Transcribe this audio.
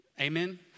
Amen